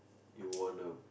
you want a